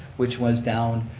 which was down